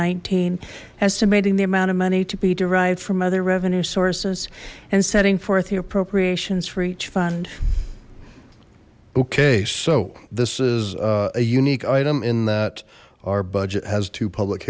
nineteen estimating the amount of money to be derived from other revenue sources and setting forth the appropriations for each fund okay so this is a unique item in that our budget has two public